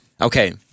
Okay